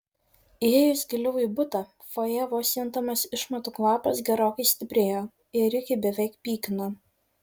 įėjus giliau į butą fojė vos juntamas išmatų kvapas gerokai stiprėjo ir rikį beveik pykino